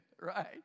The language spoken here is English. Right